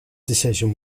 decision